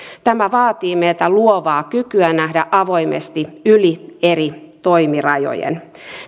tämä vaatii meiltä luovaa kykyä nähdä avoimesti yli eri toimirajojen